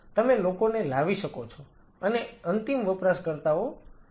તમે લોકોને લાવી શકો છો અને અંતે અંતિમ વપરાશકર્તાઓ તેઓ ખુશ થશે